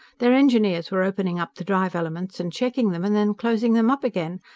their engineers were opening up the drive-elements and checking them, and then closing them up again.